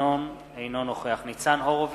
אינו נוכח ניצן הורוביץ,